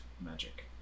magic